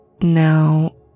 Now